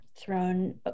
thrown